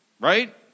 Right